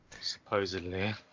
supposedly